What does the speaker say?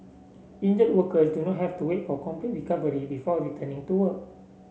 injured workers do not have to wait for complete recovery before returning to work